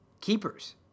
keepers